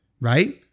right